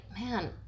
man